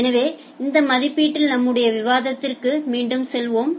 எனவே இந்த மதிப்பீட்டில் நம்முடைய விவாதத்திற்கு மீண்டும் செல்வோம்